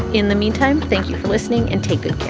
in the meantime, thanks for listening and taking